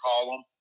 column